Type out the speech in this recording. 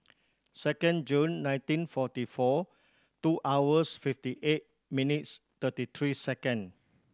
second June nineteen forty four two hours fifty eight minutes thirty three second